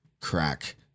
crack